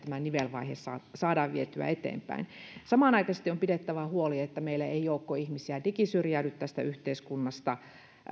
tämä nivelvaihe saadaan vietyä eteenpäin samanaikaisesti on pidettävä huoli että meillä ei joukko ihmisiä digisyrjäydy yhteiskunnasta